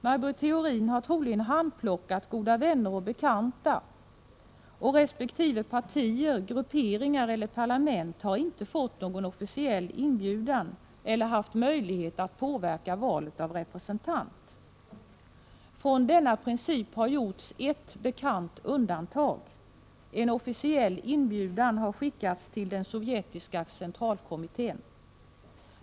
Maj Britt Theorin har troligen handplockat goda vänner och bekanta, och resp. partier, grupperingar eller parlament har inte fått någon officiell inbjudan eller haft möjlighet att påverka valet av representanter. Från denna princip har gjorts ett bekant undantag: en officiell inbjudan har skickats till den sovjetiska centralkommittén.